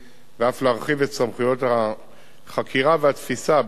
ואף להרחיב את סמכויות החקירה והתפיסה בכפוף